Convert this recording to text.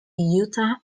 utah